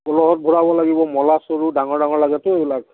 ঘূৰাব লাগিব মলা চৰু ডাঙৰ ডাঙৰ লাগেতো এইবিলাক